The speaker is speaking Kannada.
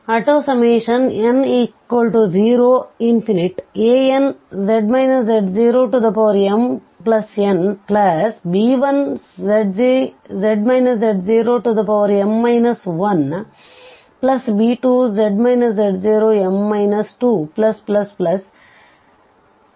n0anz z0mnb1z z0m 1b2z z0m 2bm